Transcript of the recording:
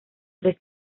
tres